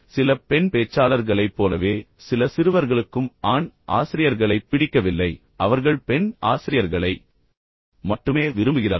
சில பெண் பேச்சாளர்களைப் போலவே சில சிறுவர்களும் ஆண் ஆசிரியர்களைப் பிடிக்கவில்லை அவர்கள் பெண் ஆசிரியர்களை மட்டுமே விரும்புகிறார்கள் அல்லது நேர்மாறாகவும் விரும்புகிறார்கள்